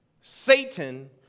Satan